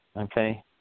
Okay